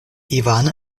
ivan